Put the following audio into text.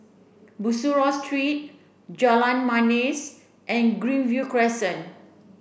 Bussorah Street Jalan Manis and Greenview Crescent